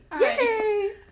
Yay